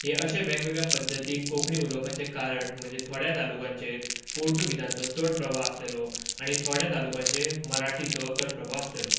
हें अशें वेगवेगळ्या पद्दतीन कोंकणी उलोवपाचें कारण म्हणजें थोड्या तालुक्यांचेर पोर्तुगेजांचो चड प्रभाव आशिल्लो आनी थोड्या तालुक्यांचेर मराठीचो चड प्रभाव आशिल्लो